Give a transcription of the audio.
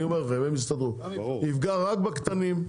הוא יפגע רק בקטנים,